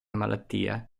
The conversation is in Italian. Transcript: malattia